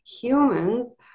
humans